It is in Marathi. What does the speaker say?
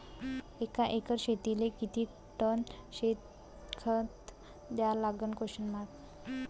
एका एकर शेतीले किती टन शेन खत द्या लागन?